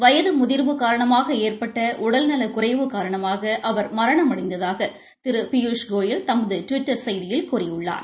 வயது முதிர்வு காரணமாக ஏற்பட்ட உடல்நலக் குறைவு காணமாக அவர் மரணமடைந்ததாக திரு பியூஷ் கோயல் தமது டுவிட்டர் செய்தியில் கூறியுள்ளார்